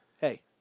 hey